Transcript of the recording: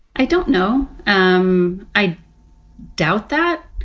i don't know. um i doubt that.